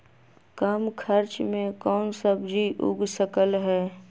कम खर्च मे कौन सब्जी उग सकल ह?